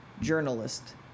journalist